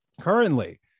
currently